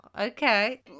okay